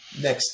Next